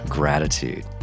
Gratitude